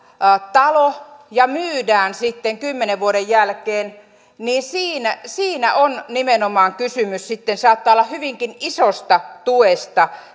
talo ja myydään sitten kymmenen vuoden jälkeen niin siinä siinä nimenomaan kysymys sitten saattaa olla hyvinkin isosta tuesta